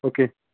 okay